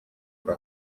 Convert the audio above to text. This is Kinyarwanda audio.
kwa